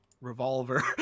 revolver